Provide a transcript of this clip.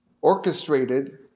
orchestrated